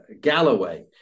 Galloway